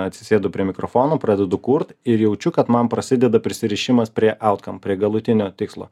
atsisėdu prie mikrofono pradedu kurt ir jaučiu kad man prasideda prisirišimas prie autkam prie galutinio tikslo